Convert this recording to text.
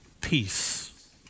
peace